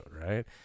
right